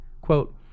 Quote